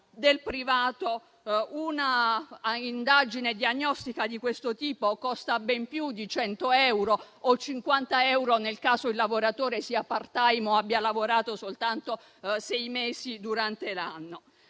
del privato una indagine diagnostica di questo tipo costa ben più di 100 euro o 50 euro nel caso il lavoratore sia *part-time* o abbia lavorato soltanto sei mesi durante l'anno.